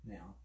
Now